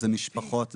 זה משפחות,